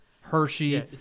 Hershey